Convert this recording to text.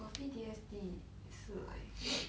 for P_T_S_D 也是 like